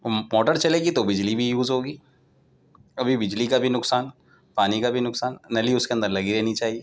motor چلے گی تو بجلی بھی یوز ہوگی ابھی بجلی کا بھی نقصان پانی کا بھی نقصان نل اس کے اندر لگی رہنی چاہیے